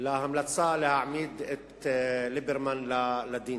להמלצה להעמיד את ליברמן לדין.